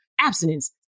abstinence